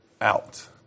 out